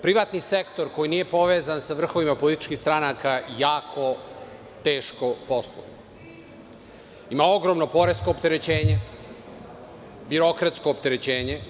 Privatni sektor koji nije povezan sa vrhovima političkih stranaka jako teško posluje, ima ogromno poresko opterećenje, birokratsko opterećenje.